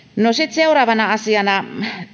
seuraavana asiana